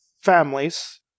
families